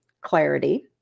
clarity